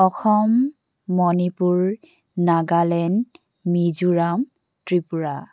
Assam Manipur Nagaland Mizoram Tripura